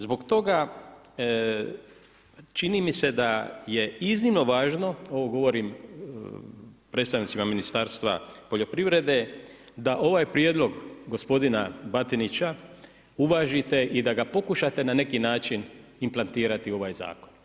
Zbog toga, čini mi se da je iznimno važno ovo govorim predstavnicima Ministarstva poljoprivrede, da ovaj prijedlog gospodina Batinića, uvažite i da ga pokušate implementirati u ovaj zakon.